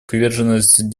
приверженность